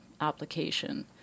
application